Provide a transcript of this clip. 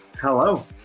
Hello